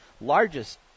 largest